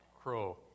crow